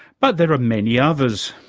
but there are many others.